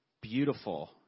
Beautiful